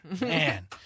Man